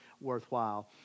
worthwhile